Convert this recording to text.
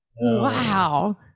Wow